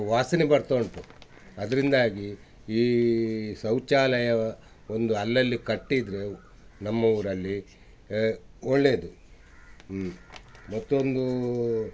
ವಾಸನೆ ಬರ್ತಾ ಉಂಟು ಅದರಿಂದಾಗಿ ಈ ಶೌಚಾಲಯ ಒಂದು ಅಲ್ಲಲ್ಲಿ ಕಟ್ಟಿದರೆ ನಮ್ಮ ಊರಲ್ಲಿ ಒಳ್ಳೆಯದು ಮತ್ತೊಂದು